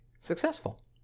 successful